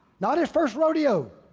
not his first rodeo.